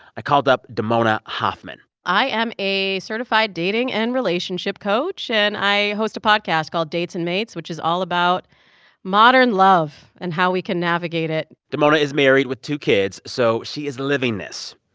i called up damona hoffman i am a certified dating and relationship coach. and i host a podcast called dates and mates, which is all about modern love and how we can navigate it damona is married with two kids, so she is living this.